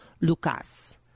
Lucas